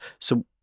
So-